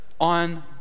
on